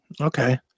Okay